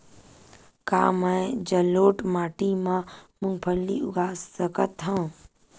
का मैं जलोढ़ माटी म मूंगफली उगा सकत हंव?